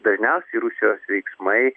dažniausiai rusijos veiksmai